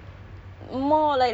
you are more daring